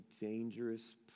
dangerous